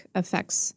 affects